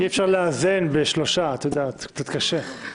אי-אפשר לאזן בשלושה, קצת קשה.